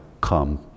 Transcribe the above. come